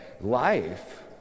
Life